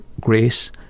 grace